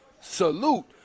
salute